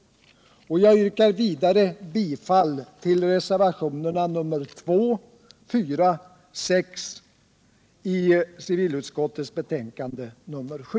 Jag yrkar vidare bifall till reservationerna 2, 4 och 6 vid civilutskottets betänkande nr 7.